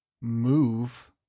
move